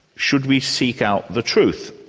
should we seek out the truth?